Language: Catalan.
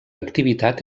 activitat